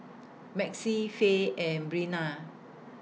Maxie Fae and Brenna